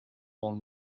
one